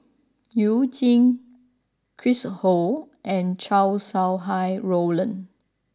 you Jin Chris Ho and Chow Sau Hai Roland